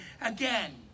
again